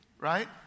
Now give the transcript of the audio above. right